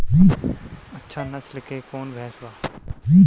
अच्छा नस्ल के कौन भैंस बा?